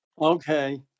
Okay